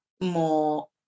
more